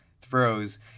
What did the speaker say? throws